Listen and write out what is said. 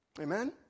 Amen